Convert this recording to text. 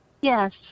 Yes